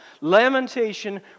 lamentation